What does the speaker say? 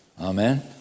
Amen